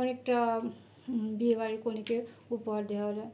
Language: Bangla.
অনেকটা বিয়েবাড়ির কনেকে উপহার দেওয়া যায়